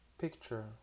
picture